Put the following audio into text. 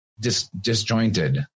disjointed